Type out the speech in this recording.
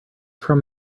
from